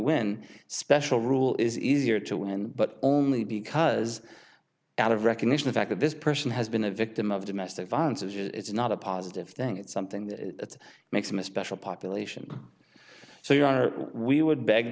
win special rule is easier to win but only because out of recognition the fact that this person has been a victim of domestic violence is not a positive thing it's something that makes them especially population so you are we would beg